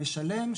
משלם,